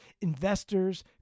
investors